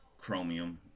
Chromium